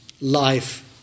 life